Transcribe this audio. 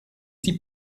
die